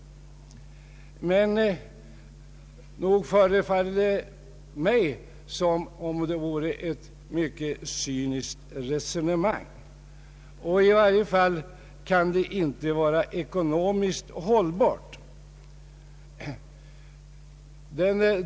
Men nog förefaller det mig som om det vore ett mycket cyniskt resonemang, och i varje fall kan det inte vara ekonomiskt hållbart.